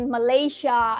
Malaysia